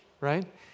right